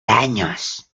años